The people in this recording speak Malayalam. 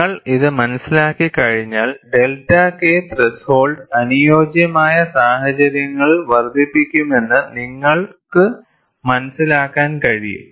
നിങ്ങൾ ഇത് മനസ്സിലാക്കി കഴിഞ്ഞാൽ ഡെൽറ്റ K ത്രെഷോൾഡ് അനുയോജ്യമായ സാഹചര്യങ്ങളിൽ വർദ്ധിപ്പിക്കുമെന്ന് നിങ്ങൾക്ക് മനസിലാക്കാൻ കഴിയും